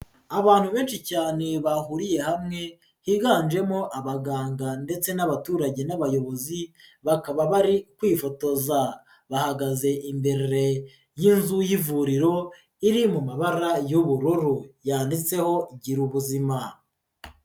Abantu benshi cyane bahuriye hamwe higanjemo abaganga ndetse n'abaturage n'abayobozi bakaba bari kwifotoza, bahagaze imbere y'inzu y'ivuriro iri mu mabara y'ubururu yanditseho giru ubuzima.